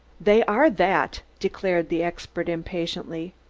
they are that, declared the expert impatiently.